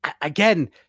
again